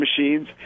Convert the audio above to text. machines